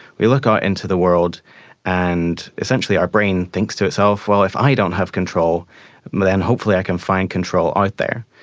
we look out into the world and essentially our brain thinks to itself, well, if i don't have control then hopefully i can find control out there.